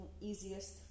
easiest